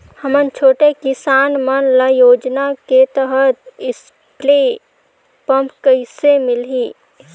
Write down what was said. हमन छोटे किसान मन ल योजना के तहत स्प्रे पम्प कइसे मिलही?